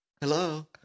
Hello